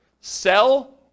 sell